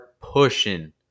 pushing